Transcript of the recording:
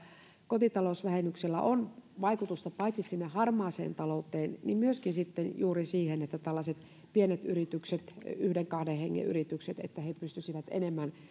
kotitalousvähennyksellä on vaikutusta paitsi harmaaseen talouteen myöskin sitten juuri siihen että tällaiset pienet yritykset yhden kahden hengen yritykset pystyisivät enemmän